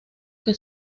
que